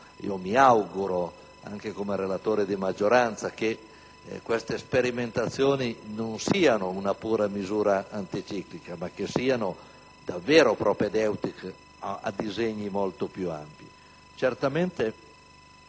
e mi auguro, anche come relatore di maggioranza, che queste sperimentazioni non siano una pura misura anticiclica, ma che siano davvero propedeutiche a disegni molto più ampi.